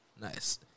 Nice